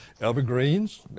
evergreens